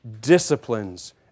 disciplines